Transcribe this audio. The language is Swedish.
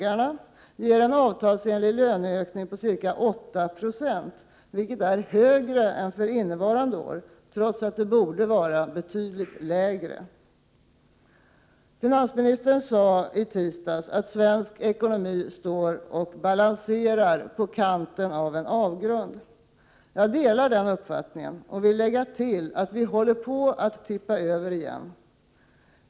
1987/88:47 avtalsenlig löneökning på ca 8 96, vilket är högre än för innevarande år, trots 17 december 1987 att det borde vara betydligt lägre. Ra SE Finansministern sade i tisdags att svensk ekonomi står och balanserar på kanten av en avgrund. Jag delar den uppfattningen och vill lägga till att vi håller på att tippa över igen.